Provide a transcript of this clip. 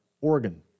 Oregon